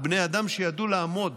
ובני האדם שידעו לעמוד